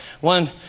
One